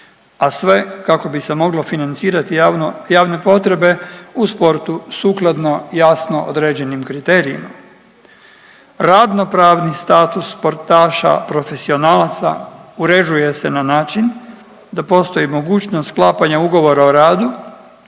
a sve kako bi se moglo financirati javno, javne potrebe u sportu sukladno jasno određenim kriterijima. Radno pravni status sportaša profesionalaca uređuje se na način da postoji mogućnost sklapanja ugovora o radu